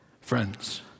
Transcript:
friends